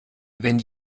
wenn